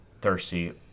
thirsty